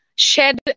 shed